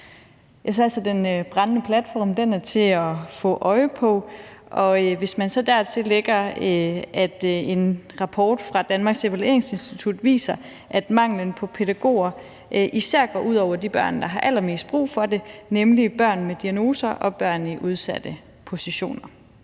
den brændende platform er til at få øje på, og man kan dertil lægge, at en rapport fra Danmarks Evalueringsinstitut viser, at manglen på pædagoger især går ud over de børn, der har allermest brug for dem, nemlig børn med diagnoser og børn i udsatte positioner.